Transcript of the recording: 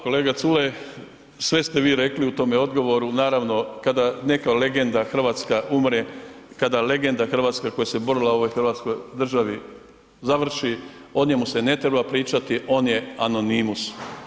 Kolega Culej, sve ste vi rekli u tome odgovoru, naravno kada neka legenda hrvatska umre, kada legenda hrvatska koja se borila u ovoj hrvatskoj državi završi, o njemu se ne treba pričati, on je anonimus.